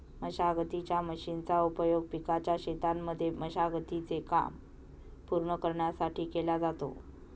मशागतीच्या मशीनचा उपयोग पिकाच्या शेतांमध्ये मशागती चे काम पूर्ण करण्यासाठी केला जातो